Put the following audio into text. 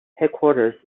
headquarters